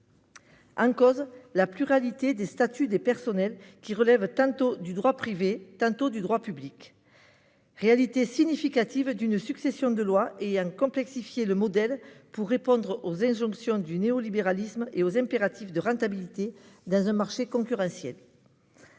du personnel fait en effet que ceux-ci relèvent tantôt du droit privé, tantôt du droit public- résultat d'une succession de lois ayant complexifié le modèle pour répondre aux injonctions du néo-libéralisme et aux impératifs de rentabilité dans un marché concurrentiel.